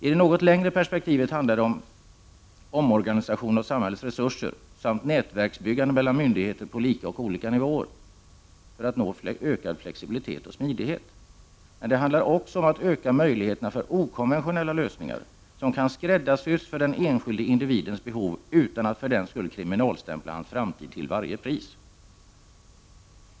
I det något längre perspektivet handlar det om omorganisation av samhällets resurser samt nätverksbyggande mellan myndigheter på lika och olika nivåer för att nå ökad flexibilitet och smidighet. Men det handlar också om att öka möjligheterna för okonventionella lösningar, som kan skräddarsys för den enskilde individens behov, utan att hans framtid för den skull till varje pris kriminalstämplas.